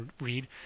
read